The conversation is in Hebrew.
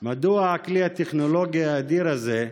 מדוע הכלי הטכנולוגי האדיר הזה,